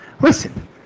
Listen